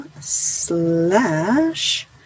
slash